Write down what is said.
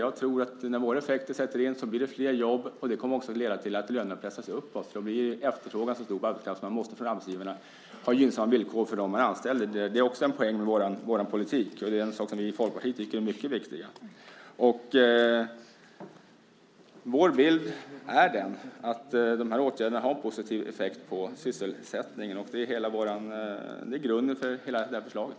Jag tror att det när våra åtgärder får effekt blir flera jobb. Det kommer också att leda till att lönerna pressas uppåt. Då blir ju efterfrågan så stor på arbetskraften att man från arbetsgivarna måste ha gynnsamma villkor för dem man anställer. Det är också en poäng med vår politik, och det är en sak som vi i Folkpartiet tycker är mycket viktig. Vår bild är att de här åtgärderna har en positiv effekt på sysselsättningen, och det är grunden för hela det här förslaget.